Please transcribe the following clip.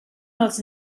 els